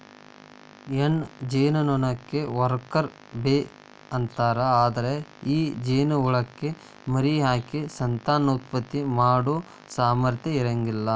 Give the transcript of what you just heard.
ಹೆಣ್ಣ ಜೇನನೊಣಕ್ಕ worker bee ಅಂತಾರ, ಅದ್ರ ಈ ಜೇನಹುಳಕ್ಕ ಮರಿಹಾಕಿ ಸಂತಾನೋತ್ಪತ್ತಿ ಮಾಡೋ ಸಾಮರ್ಥ್ಯ ಇರಂಗಿಲ್ಲ